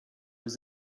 was